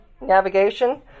navigation